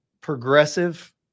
progressive